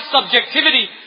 subjectivity